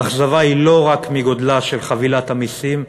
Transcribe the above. האכזבה היא לא רק מגודלה של חבילת המסים,